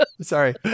Sorry